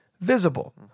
visible